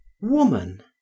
woman